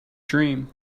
dream